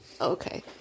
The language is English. Okay